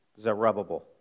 Zerubbabel